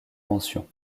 mention